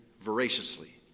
voraciously